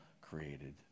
created